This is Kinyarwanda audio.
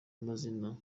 mazina